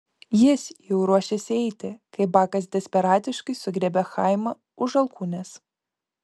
jis jau ruošėsi eiti kai bakas desperatiškai sugriebė chaimą už alkūnės